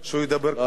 לא, לא.